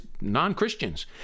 non-christians